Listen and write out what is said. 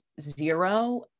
zero